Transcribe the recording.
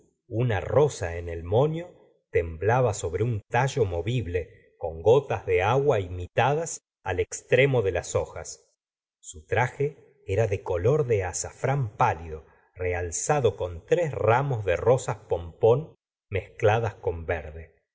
una rosa en el moño temblaba sobre un tallo movible con gotas de agua imitadas al extremo de las hojas su traje era de color de azafrán pálido realzado con tres ramos de rosas pon pon mezcladas con verde